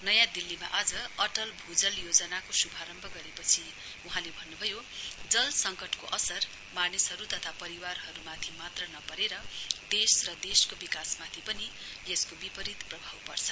नयाँ दिल्लीमा आज अटल भूटल योजनाको शुभारम्भ गरेपछि वहाँले भन्नुभयो जल सङ्कतको असर मानिसहरू तथा परिवारहरूमाथि मात्र नपरेर देश र देशको विकासमाथि पनि यसको विपरीत प्रभाव पर्छ